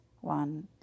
one